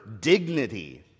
dignity